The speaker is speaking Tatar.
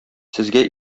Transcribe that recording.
сезгә